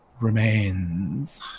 Remains